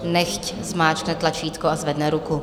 Nechť zmáčkne tlačítko a zvedne ruku.